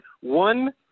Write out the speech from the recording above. one